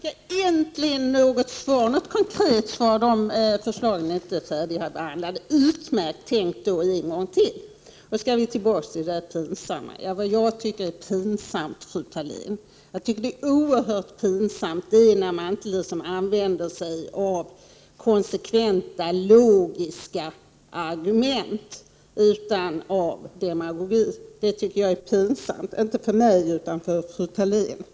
Herr talman! Nu fick jag äntligen ett konkret svar. Förslagen är inte färdigbehandlade. Jag återkommer då till det pinsamma. Jag tycker att det är oerhört pinsamt, fru Thalén, när man inte använder sig av konsekventa, logiska argument utan av demagogi. Det tycker jag är pinsamt, inte för mig utan för fru Thalén.